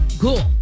Cool